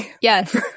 Yes